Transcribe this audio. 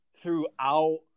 throughout